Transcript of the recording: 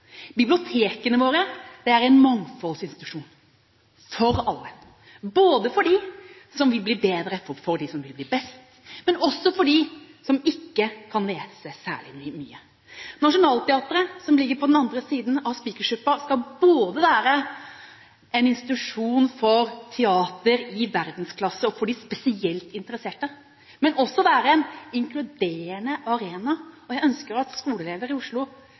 Bibliotekene våre er mangfoldsinstitusjoner for alle, både for dem som vil bli bedre, for dem som vil bli best, og for dem som ikke kan lese særlig godt. Nationaltheatret, som ligger på den andre siden av Spikersuppa, skal være en institusjon for teater i verdensklasse og for de spesielt interesserte, men også være en inkluderende arena. Jeg ønsker at skoleelever i Oslo